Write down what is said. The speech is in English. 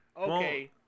Okay